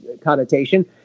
connotation